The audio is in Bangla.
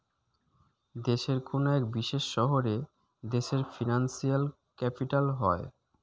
দেশের কোনো এক বিশেষ শহর দেশের ফিনান্সিয়াল ক্যাপিটাল হয়